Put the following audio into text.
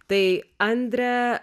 tai andre